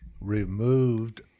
removed